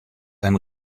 ein